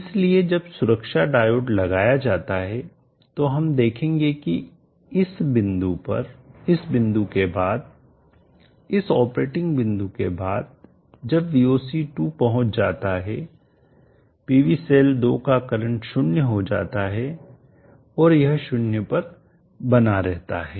इसलिए जब सुरक्षा डायोड लगाया जाता है तो हम देखेंगे कि इस बिंदु के बाद इस ऑपरेटिंग बिंदु के बाद जब Voc2 पहुंच जाता है PV सेल 2 का करंट 0 हो जाता हैं और यह 0 पर बना रहता है